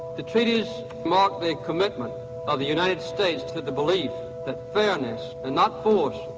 the treaties mark the commitment of the united states to the the belief that fairness and not force,